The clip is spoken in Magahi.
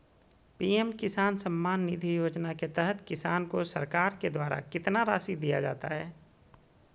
पी.एम किसान सम्मान निधि योजना के तहत किसान को सरकार के द्वारा कितना रासि दिया जाता है?